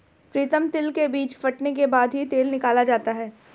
प्रीतम तिल के बीज फटने के बाद ही तेल निकाला जाता है